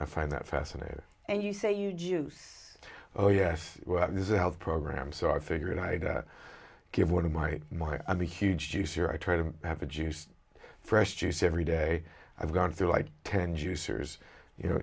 i find that fascinating and you say you jews oh yes it is a health program so i figured i'd give one of my my i'm a huge juice here i try to have a juice fresh juice every day i've gone through like ten juicers you